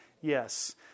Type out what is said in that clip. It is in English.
Yes